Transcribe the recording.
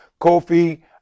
Kofi